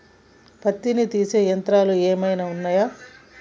పత్తిని తీసే యంత్రాలు ఏమైనా ఉన్నయా?